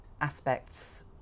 aspects